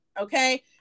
okay